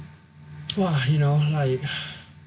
!wah! you know like